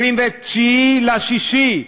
29 ביוני,